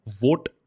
vote